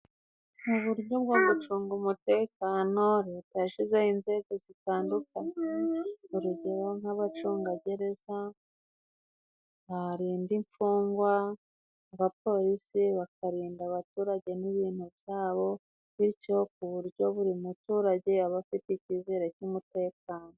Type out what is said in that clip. Mu buryo bwo gucunga umutekano, leta yashyizeho inzego zitandukanye. Urugero nk'abacungagereza barinda imfungwa, abapolisi bakarinda abaturage n'ibintu byabo, bityo ku buryo buri muturage aba afite icyizere cy'umutekano.